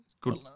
Good